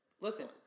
Listen